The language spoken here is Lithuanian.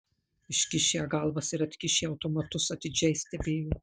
iškišę galvas ir atkišę automatus atidžiai stebėjo